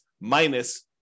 minus